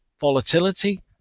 volatility